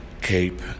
cape